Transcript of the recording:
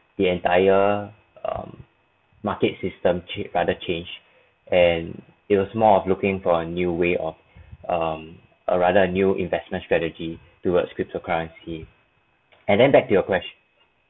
the entire um market system cha~ rather change and it was more of looking for a new way of um a rather new investment strategy towards cryptocurrency and then back to your question